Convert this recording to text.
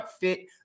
fit